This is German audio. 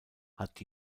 hat